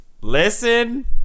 listen